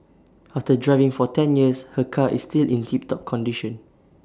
after driving for ten years her car is still in tip top condition